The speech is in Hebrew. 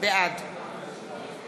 בעד